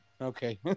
Okay